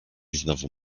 znowu